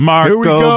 Marco